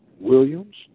Williams